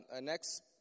next